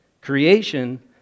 Creation